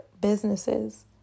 businesses